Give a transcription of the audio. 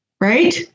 Right